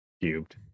Cubed